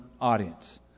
audience